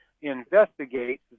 investigate